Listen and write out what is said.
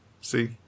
See